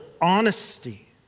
honesty